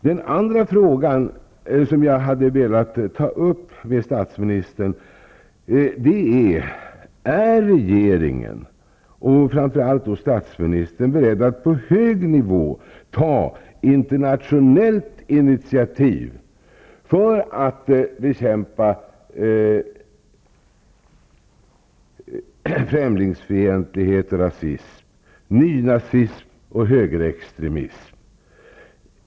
Den andra frågan jag hade velat ta upp med statsministern är denna: Är regeringen, och framför allt då statsministern, beredd att på hög nivå ta internationellt initiativ för att bekämpa främlingsfientlighet och rasism, nynazism och högerextremism?